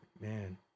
man